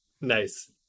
Nice